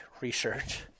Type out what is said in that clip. research